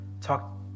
talk